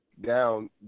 down